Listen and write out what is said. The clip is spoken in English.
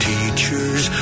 Teachers